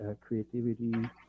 creativity